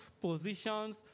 positions